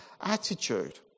attitude